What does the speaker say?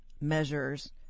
measures